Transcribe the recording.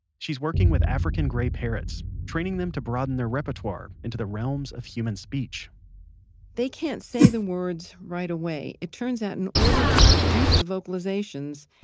she's working with african grey parrots, training them to broaden their repertoire into the realms of human speech they can't say the words right away. it turns out in order to produce the vocalizations,